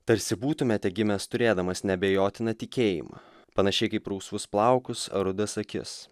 tarsi būtumėte gimęs turėdamas neabejotiną tikėjimą panašiai kaip rausvus plaukus rudas akis